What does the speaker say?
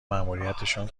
ماموریتشان